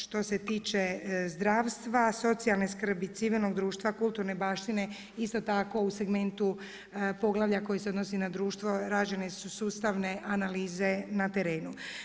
Što se tiče zdravstva, socijalne skrbi i civilnog društva, kulturne baštine, isto tako u segmentu poglavlja koji se odnosi na društvo rađene su sustavne analize na terenu.